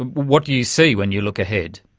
what you see when you look ahead?